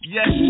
Yes